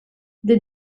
des